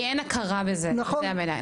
כי אין הכרה בזה יותר מידי.